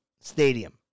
stadium